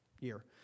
year